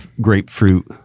grapefruit